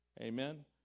Amen